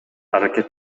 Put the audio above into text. аракет